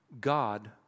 God